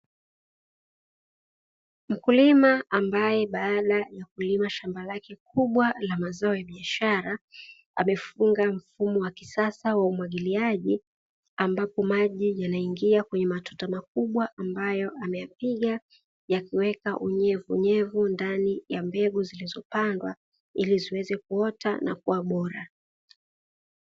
Mkulima ambaye baada ya kulima shamba lake kubwa la mazao ya biashara, amefunga mfumo wa kisasa wa umwagiliaji ambapo maji yanaingia kwenye matuta makubwa ambayo ameyapiga yakiweka unyevunyevu ndani ya mbegu zilizopandwa ili ziweze kuota na kuwa bora.